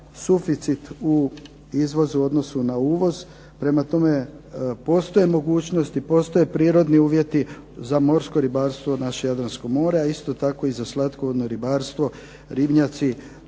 suficit u izvozu u odnosu na uvoz. Prema tome postoje mogućnosti, postoje prirodni uvjeti za morsko ribarstvo naše Jadransko more, a isto tako i za slatkovodno ribarstvo ribnjaci